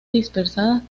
dispersadas